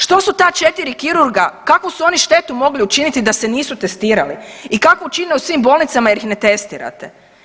Što su ta 4 kirurga, kakvu su oni štetu mogli učiniti da se nisu testirali i kakvu čine u svim bolnicama jer ih ne testirate?